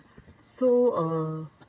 ya so uh